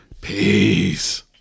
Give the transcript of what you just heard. peace